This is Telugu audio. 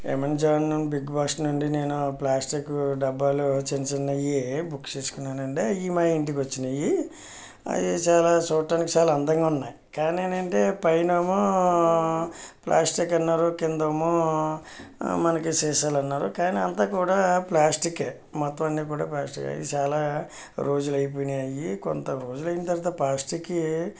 అమెజాన్ బిగ్ బాస్కెట్ నుండి నేను ప్లాస్టిక్ డబ్బాలో చిన్న చిన్నవి బుక్ చేసుకున్నానండి ఈ మా ఇంటికి వచ్చినాయి అవి చాలా చూడటానికి చాలా అందంగా ఉన్నాయి కానీ ఏంటంటే పైనేమో ప్లాస్టిక్ అన్నారు కింద ఏమో మనకి సీసాలు అన్నారు కానీ అంతా కూడా ప్లాస్టికె మొత్తం అన్ని కూడా ప్లాస్టికె ఈ చాలా రోజులు అయిపోయినాయి కొంత రోజులు అయిన తర్వాత ప్లాస్టిక్వి